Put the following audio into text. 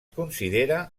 considera